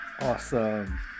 Awesome